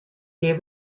kear